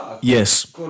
Yes